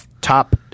top